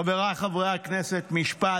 חבריי חברי הכנסת, משפט.